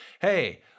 hey